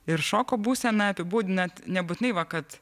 ir šoko būseną apibūdinat nebūtinai va kad